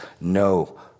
no